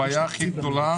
הבעיה הכי גדולה,